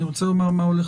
אני רוצה לומר מה צריך